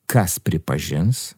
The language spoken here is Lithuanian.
kas pripažins